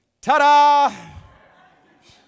ta-da